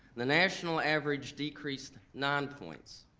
the national average decreased nine points.